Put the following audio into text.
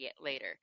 later